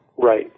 Right